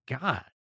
God